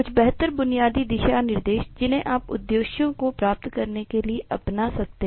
कुछ बेहतर बुनियादी दिशा निर्देश जिन्हें आप उद्देश्यों को प्राप्त करने के लिए अपना सकते हैं